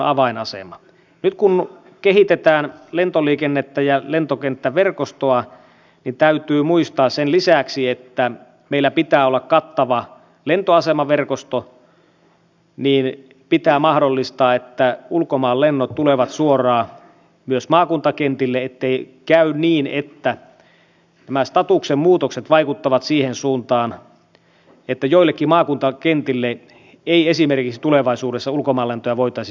nyt kun kehitetään lentoliikennettä ja lentokenttäverkostoa niin sen lisäksi että meillä pitää olla kattava lentoasemaverkosto täytyy mahdollistaa että ulkomaanlennot tulevat suoraan myös maakuntakentille ettei käy niin että nämä statuksenmuutokset vaikuttavat siihen suuntaan että joillekin maakuntakentille ei esimerkiksi tulevaisuudessa ulkomaanlentoja voitaisi suoraan tehdä